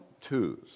twos